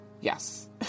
Yes